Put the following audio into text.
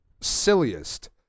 silliest